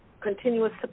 continuous